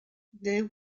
there